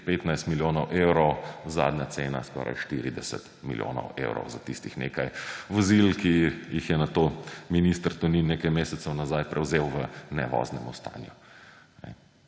15 milijonov evrov, zadnja cena skoraj 40 milijonov evrov ‒ za tistih nekaj vozil, ki jih je nato minister Tonin nekaj mesecev nazaj prevzel v nevoznem stanju.